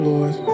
Lord